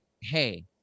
hey